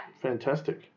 Fantastic